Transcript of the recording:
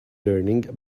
learning